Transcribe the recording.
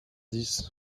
dix